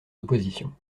opposition